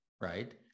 right